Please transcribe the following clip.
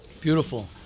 Beautiful